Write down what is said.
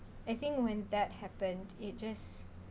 I think when that happened it just